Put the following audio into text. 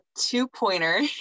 two-pointer